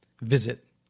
visit